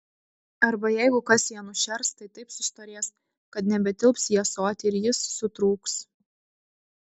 arba jeigu kas ją nušers tai taip sustorės kad nebetilps į ąsotį ir jis sutrūks